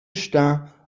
stà